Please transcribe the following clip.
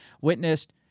witnessed